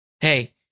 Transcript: Hey